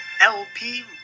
LP